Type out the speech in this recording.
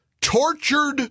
tortured